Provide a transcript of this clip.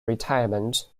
retirement